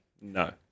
No